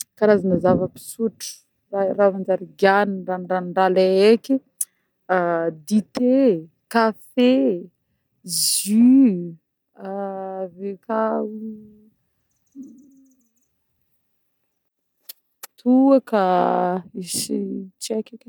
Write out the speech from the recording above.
Karazagna zava-pisotro raha-raha manjary giahagna ranondranondraha le eko: dite, kafe, jus, avekao toaka tsy eko eky ee.